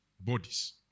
bodies